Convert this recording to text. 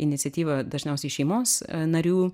iniciatyva dažniausiai šeimos narių